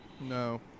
No